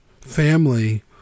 family